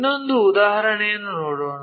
ಇನ್ನೊಂದು ಉದಾಹರಣೆಯನ್ನು ನೋಡೋಣ